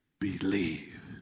believe